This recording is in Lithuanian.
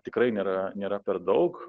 tikrai nėra nėra per daug